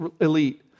elite